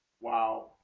Wow